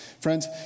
Friends